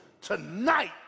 Tonight